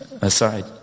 aside